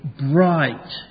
bright